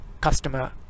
customer